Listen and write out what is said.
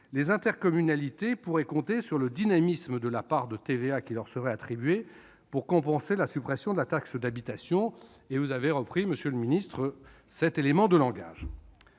les intercommunalités pourraient compter sur le dynamisme de la part de TVA qui leur serait attribuée pour compenser la suppression de la taxe d'habitation. Vous avez repris, monsieur le secrétaire d'État, cet élément de langage.